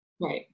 Right